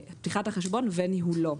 פתיחת חשבון וניהולו,